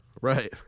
Right